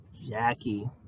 Jackie